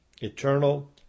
eternal